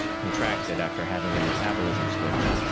contracted after having their metabolism switched.